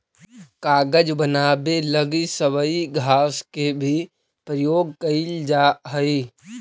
कागज बनावे लगी सबई घास के भी प्रयोग कईल जा हई